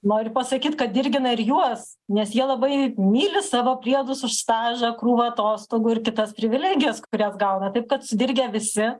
noriu pasakyt kad dirgina ir juos nes jie labai myli savo priedus už stažą krūvą atostogų ir kitas privilegijas kurias gauna taip kad sudirgę visi